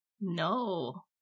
No